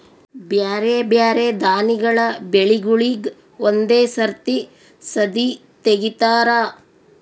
ಬ್ಯಾರೆ ಬ್ಯಾರೆ ದಾನಿಗಳ ಬೆಳಿಗೂಳಿಗ್ ಒಂದೇ ಸರತಿ ಸದೀ ತೆಗಿತಾರ